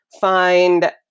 find